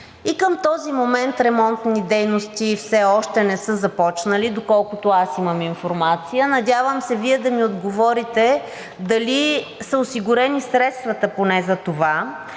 И към този момент ремонтни дейности все още не са започнали, доколкото аз имам информация. Надявам се Вие да ми отговорите дали са осигурени средствата поне за това,